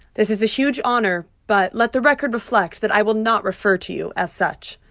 this is a huge honor. but let the record reflect that i will not refer to you as such.